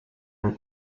and